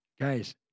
Guys